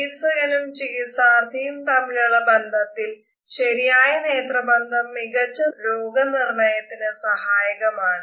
ചികിത്സകനും ചികിത്സാർത്ഥിയും തമ്മിലുള്ള ബന്ധത്തിൽ ശരിയായ നേത്രബന്ധം മികച്ച രോഗനിർണയത്തിന് സഹായകമാണ്